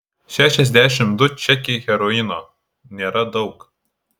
šešiasdešimt du čekiai heroino nėra daug